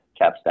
Capstack